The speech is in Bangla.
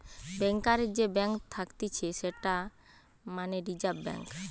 ব্যাংকারের যে ব্যাঙ্ক থাকতিছে সেটা মানে রিজার্ভ ব্যাঙ্ক